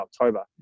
October